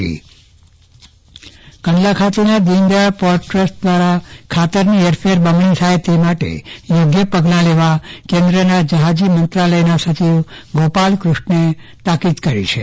Chandravadan Pattani Deendayal port કંડલાના Pandit Deendayal port trust દ્વારા ખાતરની હેરફેર બમણી થાય તે માટે યોગ્ય પગલાં લેવા કેન્દ્રીય જહાજી મંત્રાલયના સચિવ ગોપાલ ક્રષ્ણને તાકીદ કરી હતી